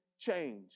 Change